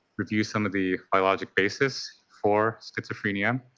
review some of the biologic basis for schizophrenia,